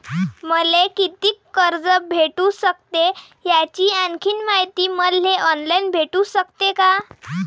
मले कितीक कर्ज भेटू सकते, याची आणखीन मायती मले ऑनलाईन भेटू सकते का?